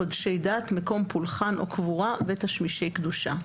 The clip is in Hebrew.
קודשי דת: מקום פולחן או קבורה ותשמישי קדושה,